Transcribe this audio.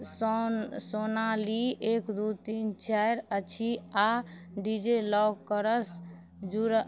सोन सोनाली एक दू तीन चारि अछि आओर डिजीलॉकरसँ जुड़ऽ